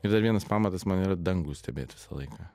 ir dar vienas pamatas man yra dangų stebėt visą laiką